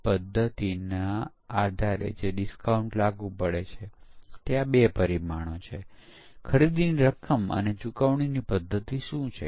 તે ખરેખર પરીક્ષણના કેસોને ડિઝાઇન કરવામાં મદદ કરતું નથી અથવા પરીક્ષણ અમલ યોગ્ય છે કે ખોટું તે નક્કી કરતું નથી